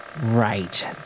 Right